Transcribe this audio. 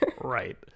Right